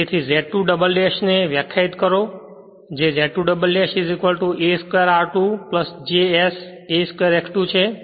તેથી Z2 ' ને વ્યાખ્યાયિત કરો જે Z2 ' a square r2 j s a square X 2 છે